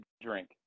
drink